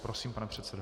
Prosím, pane předsedo.